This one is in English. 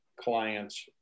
clients